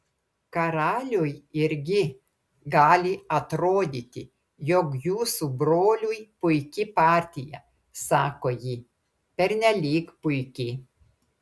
karaliui irgi gali atrodyti jog jūsų broliui puiki partija sako ji pernelyg puiki